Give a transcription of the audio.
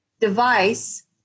device